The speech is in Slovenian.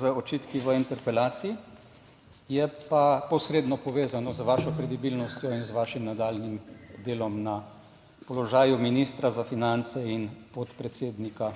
z očitki v interpelaciji, je pa posredno povezano z vašo kredibilnostjo in z vašim nadaljnjim delom na položaju ministra za finance in podpredsednika